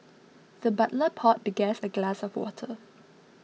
the butler poured the guest a glass of water